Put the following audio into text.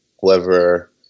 whoever